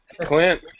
Clint